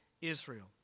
Israel